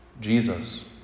Jesus